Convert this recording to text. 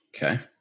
Okay